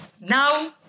now